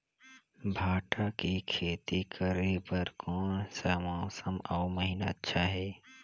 भांटा के खेती करे बार कोन सा मौसम अउ महीना अच्छा हे?